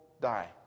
die